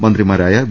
മന്ത്രിമാരായ വി